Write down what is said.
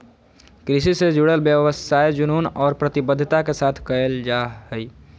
कृषि से जुडल व्यवसाय जुनून और प्रतिबद्धता के साथ कयल जा हइ